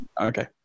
Okay